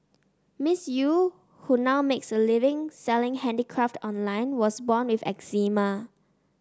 Miss Eu who now makes a living selling handicraft online was born with eczema